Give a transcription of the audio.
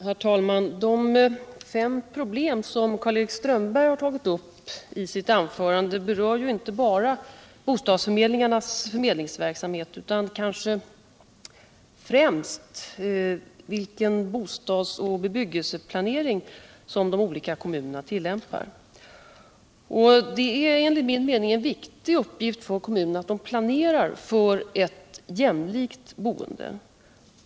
Herr talman! De fem problem som Karl-Erik Strömberg har tagit upp i sitt anförande berör inte bara bostadsförmedlingarnas förmedlingsverksamhet utan kanske främst vilken bostads och bebyggelseplanering som de olika kommunerna tillämpar. Det är enligt min mening en viktig uppgift för kommunerna att planera för ett jämlikt boende.